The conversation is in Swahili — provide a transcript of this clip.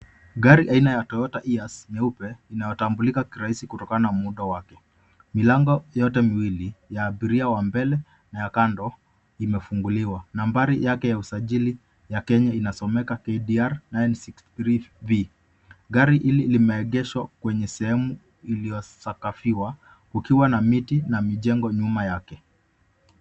Gari aina ya Toyota Hiace nyeupe inayotambulika kirahisi kutokana na muundo wake. Milango yote miwili ya abiria wa mbele na ya kando imefunguliwa. Nambari yake ya usajili ya Kenya inasomeka KDR 963V. Gari hili limeegeshwa kwenye sehemu iliyosakafiwa ukiwa na miti na mijengo nyuma yake.